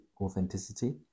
authenticity